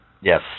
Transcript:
Yes